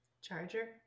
Charger